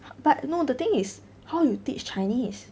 but no the thing is how you teach chinese